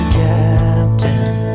captain